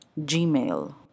Gmail